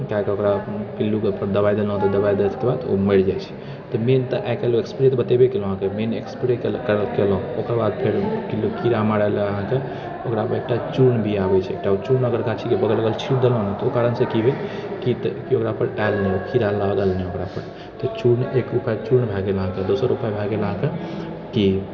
कै कऽ ओकरा पिल्लुके उपर दवाइ देलहुँ तऽ दवाइ देलाके बाद पिल्लु जे छै ओ मरि जाइत छै तऽ मेन आइ काल्हि स्प्रे तऽ बतेबे केलहुँ अहाँकेँ मेन स्प्रे केलहुँ ओकर बाद फेर कीड़ा मारऽ ला अहाँकेँ ओकरा ला एकटा चून भी आबैत छै एकटा ओ चून अगर गाछीके बगल बगल छीट देलहुँ तऽ ओ कारणसँ की भेल कि कीट कि ओकरा पर आयल नहि कीड़ा लागल नहि ओकरा पर तऽ चून एक उपाय चून भए गेल अहाँकेँ दोसर उपाय भए गेल अहाँकेँ की